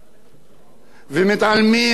מהדברים החיוביים.